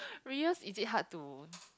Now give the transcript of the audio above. Reyus is it hard to